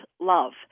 love